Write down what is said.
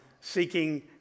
seeking